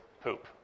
poop